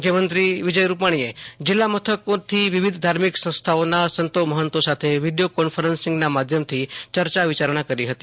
મુખ્યમંત્રી વિજય રૂપાણી જીલ્લા મથકોથી વિવિધ ધાર્મિક સંસ્થાઓના સંતોમહંતો સાથે વિડિયો કોન્ફરન્સથી ચર્ચા વિચારણા કરી હતી